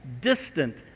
distant